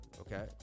okay